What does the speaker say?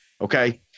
Okay